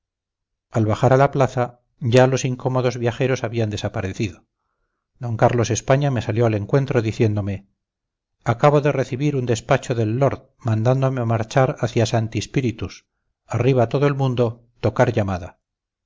al bajar a la plaza ya los incómodos viajeros habían desaparecido d carlos españa me salió al encuentro diciéndome acabo de recibir un despacho del lord mandándome marchar hacia santi spíritus arriba todo el mundo tocar llamada